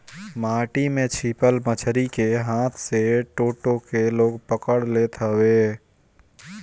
माटी में छिपल मछरी के हाथे से टो टो के लोग पकड़ लेत हवे